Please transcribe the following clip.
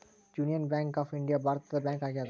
union bank of India ಭಾರತದ bank ಆಗ್ಯಾದ